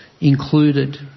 included